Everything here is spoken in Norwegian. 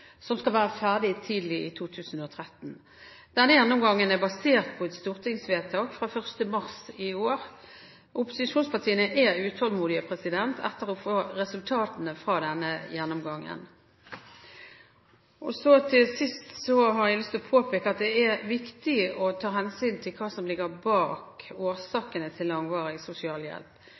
som skal være ferdig tidlig i 2013. Denne gjennomgangen er basert på et stortingsvedtak fra 1. mars i år. Opposisjonspartiene er utålmodige etter å få resultatene fra denne gjennomgangen. Til sist har jeg lyst til å påpeke at det er viktig å ta hensyn til hva som ligger bak årsakene til